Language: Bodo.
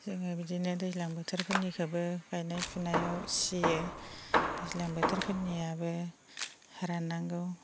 जोङो बिदिनो दैज्लां बोथोरफोरनिखोबो गायनाय फुनायाव सियो दैज्लां बोथोरफोरनियाबो राननांगौ